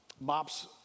MOPS